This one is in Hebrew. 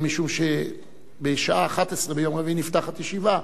משום שבשעה 11:00 ביום רביעי נפתחת ישיבה,